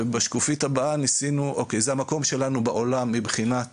וכאן מוצג המקום שלנו בעולם מבחינת